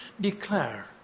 Declare